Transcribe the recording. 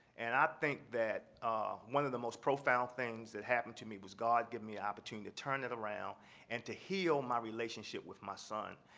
and i think that one of the most profound things that happened to me was god giving me an opportunity to turn it around and to heal my relationship with my son.